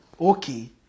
Okay